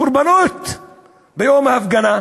קורבנות ביום ההפגנה,